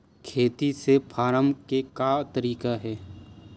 खेती से फारम के का तरीका हे?